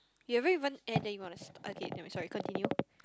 you haven't even end then you want to st~ okay never mind sorry continue